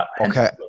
Okay